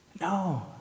no